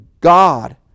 God